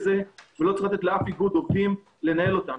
לא צריך לתת לאף איגוד עובדים לנהל אותן.